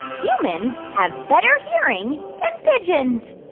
humans have better hearing than pigeons?